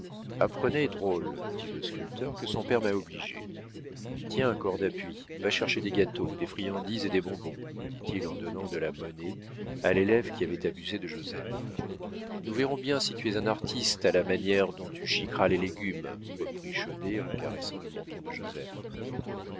apprenez drôles dit le sculpteur que son père m'a obligé tiens corde à puits va chercher des gâteaux des friandises et des bonbons dit-il en donnant de la monnaie à l'élève qui avait abusé de joseph nous verrons bien si tu es un artiste à la manière dont tu chiqueras les légumes reprit chaudet en caressant le menton de joseph